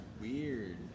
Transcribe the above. weird